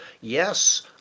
yes